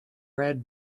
red